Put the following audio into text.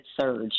surge